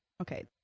Okay